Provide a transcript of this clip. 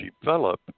develop